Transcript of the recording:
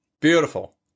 Beautiful